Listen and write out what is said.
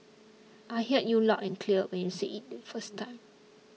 I heard you loud and clear when you said it the first time